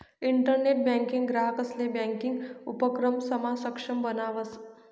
internet banking ग्राहकंसले banking उपक्रमसमा सक्षम बनावस